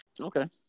Okay